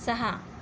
सहा